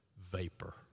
vapor